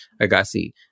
Agassi